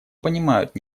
понимают